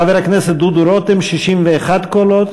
לחבר הכנסת דוד רותם, 61 קולות.